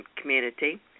community